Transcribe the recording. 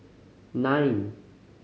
nine